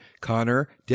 Connor